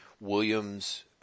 Williams